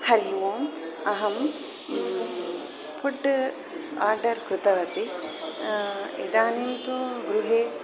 हरिः ओम् अहं फ़ुड् आर्डर् कृतवती इदानीं तु गृहे